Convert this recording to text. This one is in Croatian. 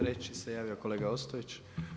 Treći se javio kolega Ostojić.